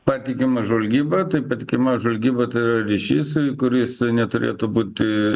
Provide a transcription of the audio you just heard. patikimą žvalgybą tai patikima žvalgyba tai yra ryšys kuris neturėtų būti